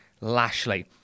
Lashley